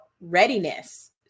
readiness